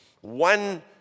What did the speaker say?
One